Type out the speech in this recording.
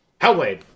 Hellblade